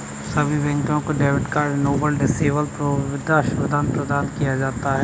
सभी बैंकों में डेबिट कार्ड इनेबल या डिसेबल की सुविधा को प्रदान किया जाता है